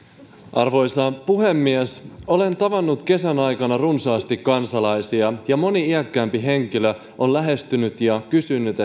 arvoisa puhemies olen tavannut kesän aikana runsaasti kansalaisia ja moni iäkkäämpi henkilö on lähestynyt ja kysynyt